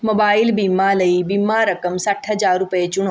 mobile ਬੀਮਾ ਲਈ ਬੀਮਾ ਰਕਮ ਸੱਠ ਹਜ਼ਾਰ ਰੁਪਏ ਚੁਣੋ